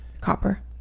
copper